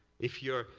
if you're